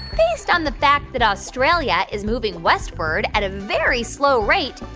based on the fact that australia is moving westward at a very slow rate,